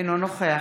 אינו נוכח